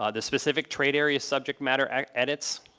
ah the specific trade area subject matter edits.